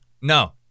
No